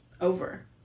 over